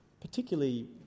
particularly